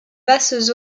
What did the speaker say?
basses